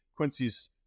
Quincy's